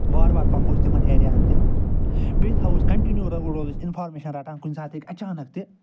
وارٕ وارٕ پکو أسۍ تِمَن ایریاہن تہِ بیٚیہِ تھاوو أسۍ کنٛٹِنیوٗ روزو أسۍ انفارمیشَن رٹان کُنہِ ساتہٕ ہیٚکہِ اچانک تہِ